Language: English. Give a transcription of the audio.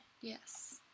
Yes